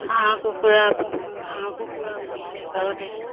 হাঁহ কুকুৰা পোহোঁ হাঁহ কুকুৰা পুহিলে ঘৰতে